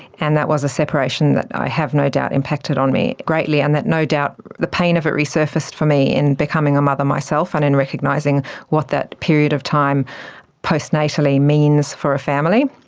and that was a separation that i have no doubt impacted on me greatly, and that no doubt the pain of it resurfaced for me in becoming a mother myself and in recognising what that period of time postnatally means for a family.